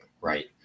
Right